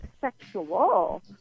sexual